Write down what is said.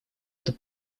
это